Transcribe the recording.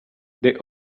they